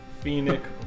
Phoenix